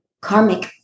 karmic